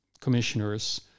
commissioners